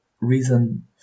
reason